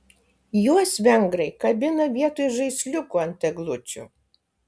juos vengrai kabina vietoj žaisliukų ant eglučių